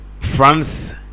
France